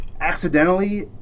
accidentally